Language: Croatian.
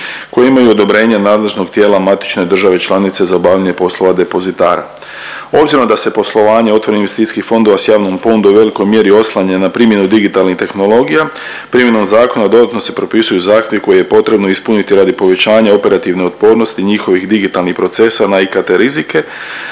koji imaju odobrenje nadležnog tijela matične države članice za obavljanje poslova depozitara. Obzirom da se poslovanje otvorenih investicijskih fondova s javnom ponudom u velikoj mjeri oslanja na primjenu digitalnih tehnologija, primjenom zakona dodatno se propisuju zahtjevi koje je potrebno ispuniti radi povećanja operativne otpornosti njihovih digitalnih procesa na IKT rizike